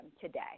today